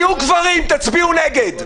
תהיו גברים, תצביעו נגד.